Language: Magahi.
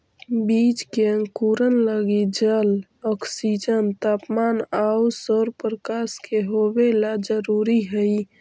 बीज के अंकुरण लगी जल, ऑक्सीजन, तापमान आउ सौरप्रकाश के होवेला जरूरी हइ